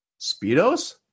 Speedos